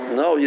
no